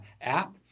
app